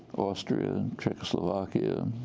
austria, and czechoslovakia,